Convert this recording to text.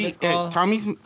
Tommy's